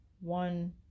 one